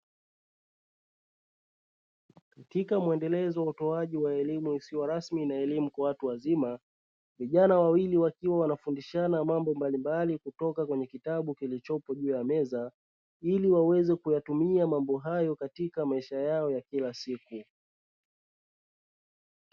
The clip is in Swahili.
Katika mwendelezo wa utoaji wa elimu isiyo rasmi na elimu kwa watu wazima, vijana wawili wakiwa wanafundishana mambo mbalimbali kutoka kwenye kitabu kilichopo juu ya meza ili waweze kuyatumia mambo hayo katika maisha yao ya kila siku.